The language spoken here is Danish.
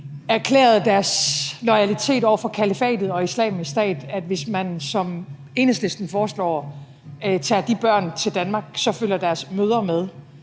erklæret deres loyalitet over for kalifatet og Islamisk Stat, nemlig at hvis man, som Enhedslisten foreslår, tager de børn til Danmark, så følger deres mødre med,